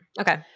Okay